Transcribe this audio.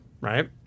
Right